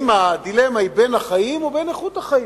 הדילמה היא בין החיים ובין איכות החיים.